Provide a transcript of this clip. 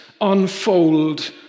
unfold